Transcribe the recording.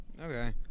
Okay